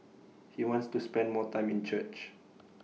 he wants to spend more time in church